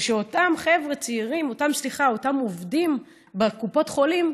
זה שאותם עובדים בקופות חולים,